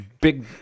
big